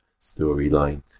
Storyline